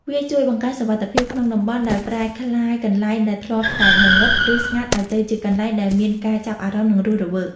វាជួយបង្កើនសុវត្ថិភាពក្នុងតំបន់ ដោយប្រែក្លាយកន្លែងដែលធ្លាប់តែងងឹត ឬស្ងាត់ឱ្យទៅជាកន្លែងដែលមានការចាប់អារម្មណ៍ និងរស់រវើក។